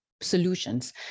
solutions